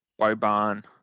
Boban